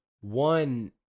one